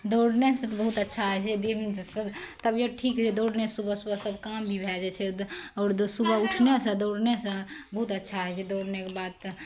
दौड़नेसे तऽ बहुत अच्छा होइ छै देहमे तबियत ठीक रहै छै दौड़नेसे सुबह सुबह सब काम भी भए जाइ छै आओर सुबह उठनेसे दौड़नेसे उठनेसे बहुत अच्छा होइ छै दौड़नेके बाद तऽ